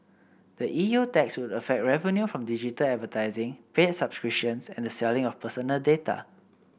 the E U tax would affect revenue from digital advertising paid subscriptions and the selling of personal data